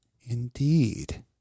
Indeed